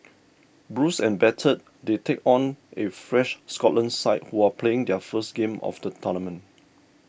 bruised and battered they take on a fresh Scotland side who are playing their first game of the tournament